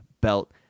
belt